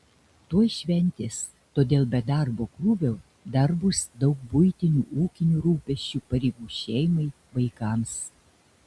tuoj šventės todėl be darbo krūvio dar bus daug buitinių ūkinių rūpesčių pareigų šeimai vaikams